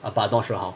but err I not sure hor